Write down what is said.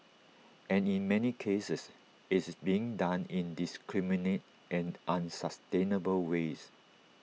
and in many cases it's being done in indiscriminate and unsustainable ways